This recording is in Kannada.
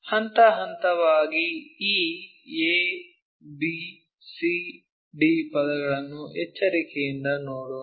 ಹಂತ ಹಂತವಾಗಿ ಈ A B C D ಪದಗಳನ್ನು ಎಚ್ಚರಿಕೆಯಿಂದ ನೋಡೋಣ